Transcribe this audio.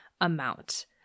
amount